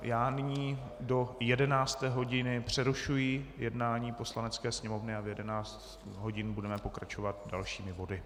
Já nyní do 11. hodiny přerušuji jednání Poslanecké sněmovny a v 11 hodin budeme pokračovat dalšími body.